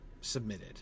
submitted